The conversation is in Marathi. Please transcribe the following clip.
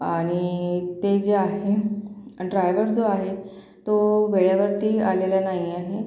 आणि ते जे आहे ड्रायवर जो आहे तो वेळेवरती आलेला नाही आहे